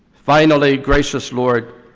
finally, gracious lord,